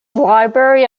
library